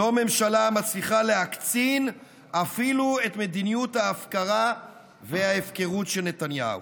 זו ממשלה המצליחה להקצין אפילו את מדיניות ההפקרה וההפקרות של נתניהו.